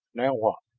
now what?